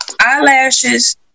eyelashes